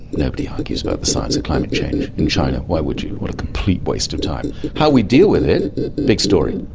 nobody argues about the science of climate change in china, why would you, what a complete waste of time. how we deal with it? a big story.